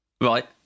Right